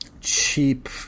cheap